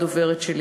הדוברת שלי.